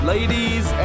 Ladies